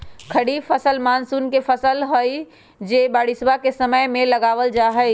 खरीफ फसल मॉनसून के फसल हई जो बारिशवा के समय में लगावल जाहई